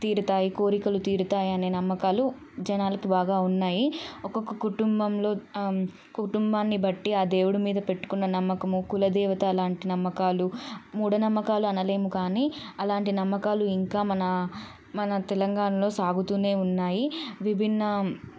తీరుతాయి కోరికలు తీరుతాయనే నమ్మకాలు జనాలకి బాగా ఉన్నాయి ఒకొక్క కుటుంబంలో ఆ కుటుంబాన్ని బట్టి ఆ దేవుడు మీద పెట్టుకున్న నమ్మకము కులదేవత లాంటి నమ్మకాలు మూఢ నమ్మకాలు అనలేము కానీ అలాంటి నమ్మకాలు ఇంకా మన మన తెలంగాణలో సాగుతూనే ఉన్నాయి విభిన్న